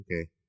okay